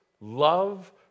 love